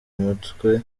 mutwe